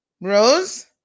Rose